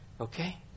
Okay